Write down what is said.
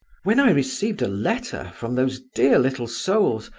when i received a letter from those dear little souls,